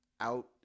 out